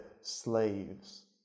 slaves